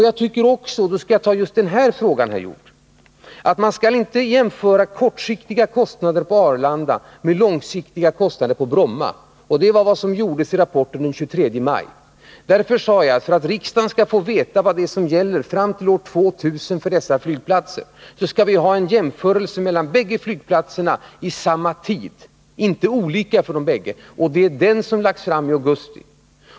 Jag tycker också att man inte skall jämföra kortsiktiga kostnader på Arlanda med långsiktiga på Bromma. Det var vad som gjordes i rapporten från den 23 maj. För att riksdagen skulle få veta vad det är som gäller för dessa flygplatser fram till år 2000, krävde jag en jämförelse mellan båda flygplatserna i samma tidsperspektiv — inte olika för de båda. Det var denna rapport som lades fram i augusti.